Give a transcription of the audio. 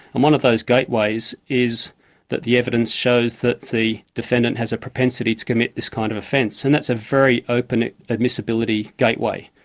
and one of those gateways is that the evidence shows that the defendant has a propensity to commit this kind of offence, and that's a very open admissibility gateway.